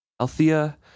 Althea